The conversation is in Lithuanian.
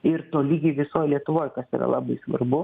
ir tolygiai visoj lietuvoj kas yra labai svarbu